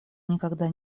никогда